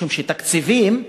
משום שתקציבים,